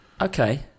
Okay